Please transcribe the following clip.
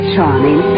charming